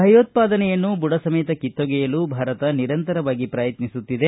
ಭಯೋತ್ಪಾದನೆಯನ್ನು ಬುಡಸಮೇತ ಕಿತ್ತೊಗೆಯಲು ಭಾರತ ನಿರಂತವಾಗಿ ಪ್ರಯತ್ನಿಸುತ್ತಿದೆ